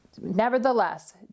Nevertheless